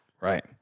Right